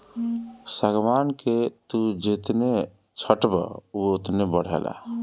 सागवान के तू जेतने छठबअ उ ओतने बढ़ेला